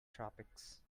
tropics